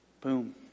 Boom